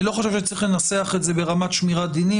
אני לא חושב שצריך לנסח את זה ברמת שמירת דינים,